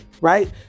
Right